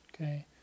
Okay